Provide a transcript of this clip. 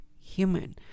human